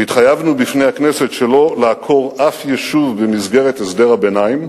והתחייבנו בפני הכנסת שלא לעקור אף יישוב במסגרת הסדר הביניים